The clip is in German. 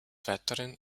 weiteren